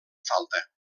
falta